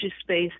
space